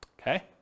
okay